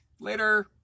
Later